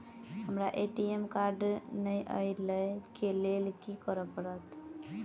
हमरा ATM card नै अई लई केँ लेल की करऽ पड़त?